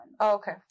Okay